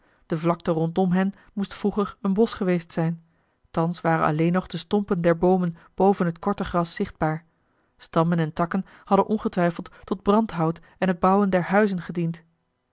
de vlakte rondom hen moest vroeger een bosch geweest zijn thans waren alleen nog de stompen der boomen boven het korte gras zichtbaar stammen en takken hadden ongetwijfeld tot brandhout en het bouwen der huizen gediend